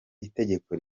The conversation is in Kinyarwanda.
itegeko